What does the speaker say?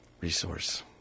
Resource